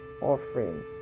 offering